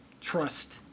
trust